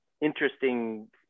interesting